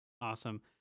Awesome